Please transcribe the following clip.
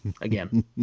Again